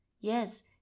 Yes